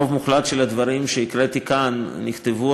הרוב המוחלט של הדברים שהקראתי כאן נכתבו